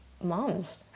moms